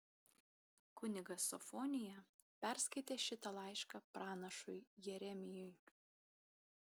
kunigas sofonija perskaitė šitą laišką pranašui jeremijui